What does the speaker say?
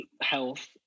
health